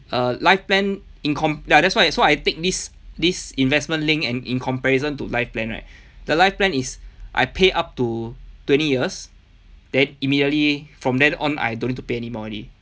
uh life plan in com~ ya that's why so I think this this investment link and in comparison to life plan right the life plan is I pay up to twenty years then immediately from then on I don't need to pay anymore already